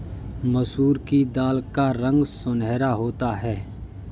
मसूर की दाल का रंग सुनहरा होता है